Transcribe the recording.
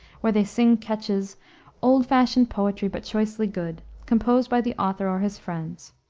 where they sing catches old-fashioned poetry but choicely good composed by the author or his friends,